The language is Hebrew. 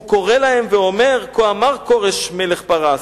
הוא קורא להם ואומר: כה אמר כורש מלך פרס,